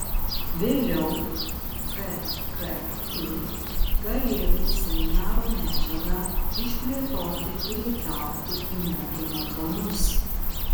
vėliau kki galėtų seminaro medžiagą išplėtoti ir įtraukti į mokymo planus